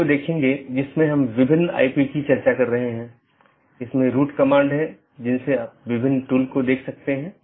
हमारे पास EBGP बाहरी BGP है जो कि ASes के बीच संचार करने के लिए इस्तेमाल करते हैं औरबी दूसरा IBGP जो कि AS के अन्दर संवाद करने के लिए है